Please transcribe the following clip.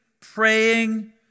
praying